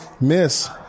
miss